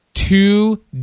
Two